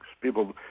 People